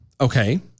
Okay